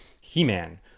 He-Man